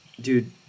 Dude